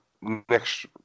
next